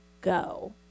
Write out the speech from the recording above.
go